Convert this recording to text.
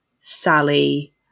Sally